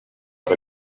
but